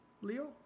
Leo